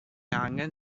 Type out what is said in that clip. angan